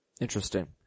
Interesting